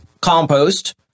compost